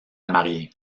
mariée